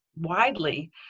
widely